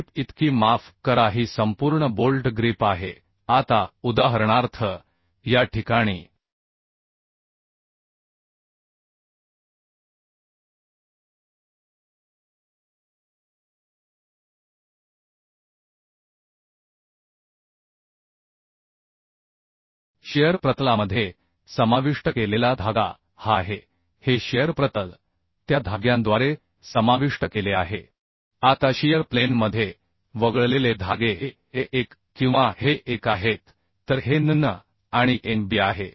grip इतकी माफ करा ही संपूर्ण बोल्ट ग्रिप आहे आता उदाहरणार्थ या ठिकाणी शिअर प्रतलामध्ये समाविष्ट केलेला धागा हा आहे की हे शिअर प्रतल त्या धाग्यांद्वारे समाविष्ट केले आहे आता शियर प्लेनमध्ये वगळलेले धागे हे एक किंवा हे एक आहेत तर हे nn आणि nb आहे